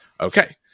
Okay